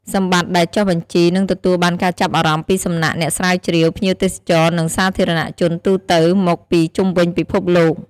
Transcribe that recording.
សម្បត្តិដែលចុះបញ្ជីនឹងទទួលបានការចាប់អារម្មណ៍ពីសំណាក់អ្នកស្រាវជ្រាវ ភ្ញៀវទេសចរ និងសាធារណជនទូទៅមកពីជុំវិញពិភពលោក។